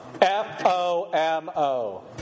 F-O-M-O